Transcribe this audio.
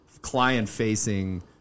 client-facing